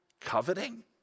coveting